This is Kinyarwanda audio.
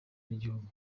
n’igihugu